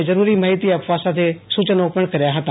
એ જરૂરી માહિતી આપવા સાથે સુ યનો કર્યા હતા